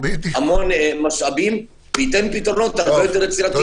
המון משאבים, וייתן פתרונות הרבה יותר יצירתיים.